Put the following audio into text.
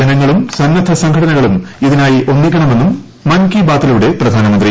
ജനങ്ങളും സന്നദ്ധ സംഘടനകളും ഇതിനായി ഒന്നിക്കണമെന്നും മൻ കി ബാത്തിലൂടെ പ്രധാനമന്ത്രി